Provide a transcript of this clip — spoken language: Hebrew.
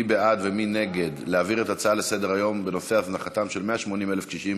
מי בעד ומי נגד העברת ההצעות לסדר-היום בנושא הזנחתם של 180,000 קשישים